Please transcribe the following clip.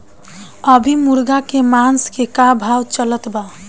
अभी मुर्गा के मांस के का भाव चलत बा?